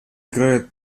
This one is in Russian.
играет